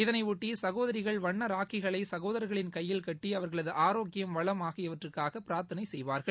இதனையொட்டி சகோதரிகள் வண்ண ராக்கிகளை சகோதரர்களின் கையில் கட்டி அவர்களது ஆரோக்கியம் வளம் ஆகியவற்றுக்காக பிரார்த்தனை செய்வார்கள்